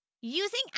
Using